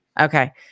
okay